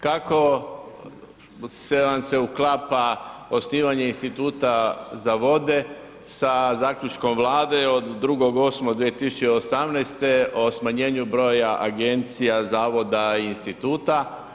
Kako vas se uklapa osnivanje Instituta za vode sa Zaključkom Vlade od 2.8.2018. o smanjenju broja agencija, zavoda i instituta.